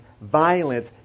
violence